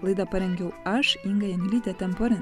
laidą parengiau aš inga janiulytė temporin